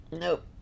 Nope